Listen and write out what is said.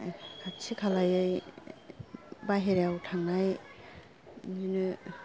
खाथि खालायै बायहेराआव थांनाय बिदिनो